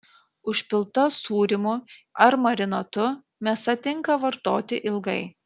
užpilta sūrimu ar marinatu mėsa tinka vartoti ilgai